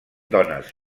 dones